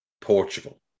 Portugal